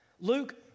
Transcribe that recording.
Luke